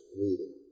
reading